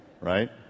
right